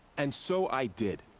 and so i did.